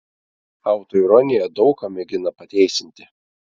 autoironija daug ką mėgina pateisinti